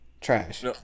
Trash